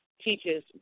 teaches